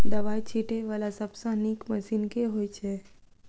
दवाई छीटै वला सबसँ नीक मशीन केँ होइ छै?